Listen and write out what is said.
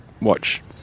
watch